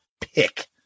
pick